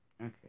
Okay